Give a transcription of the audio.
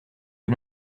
que